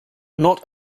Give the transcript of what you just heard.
not